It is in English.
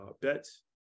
bets